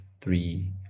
three